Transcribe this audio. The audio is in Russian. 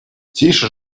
тише